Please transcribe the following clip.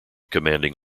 commanding